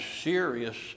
serious